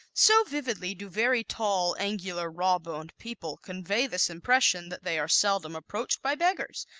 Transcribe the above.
so vividly do very tall, angular, raw-boned people convey this impression that they are seldom approached by beggars,